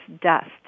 dust